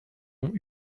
ont